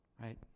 right